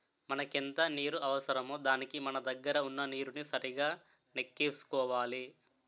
మనకెంత నీరు అవసరమో దానికి మన దగ్గర వున్న నీరుని సరిగా నెక్కేసుకోవాలి